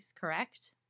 correct